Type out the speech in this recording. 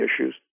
issues